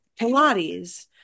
Pilates